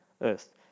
Earth